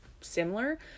similar